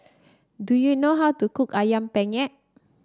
do you know how to cook ayam Penyet